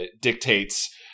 dictates